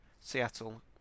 Seattle